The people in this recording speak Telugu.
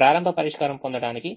ప్రారంభ పరిష్కారం పొందడానికి